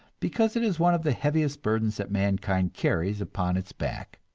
because it is one of the heaviest burdens that mankind carries upon its back.